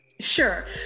Sure